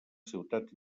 ciutat